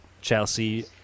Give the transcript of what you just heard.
Chelsea